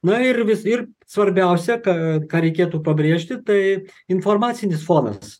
na ir vis ir svarbiausia ką reikėtų pabrėžti tai informacinis fonas